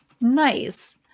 nice